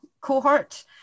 cohort